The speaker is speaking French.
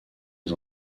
les